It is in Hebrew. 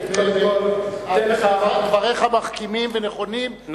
דבריך מחכימים ונכונים,